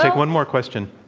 like one more question.